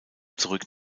zurück